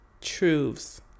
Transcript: truths